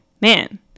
man